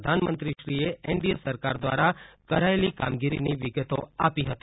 પ્રધાનમંત્રી શ્રી એ એનડીએ સરકાર દ્વારા કરાયેલી કામગીરીની વિગતો આપી હતી